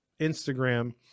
Instagram